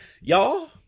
Y'all